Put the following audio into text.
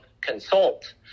consult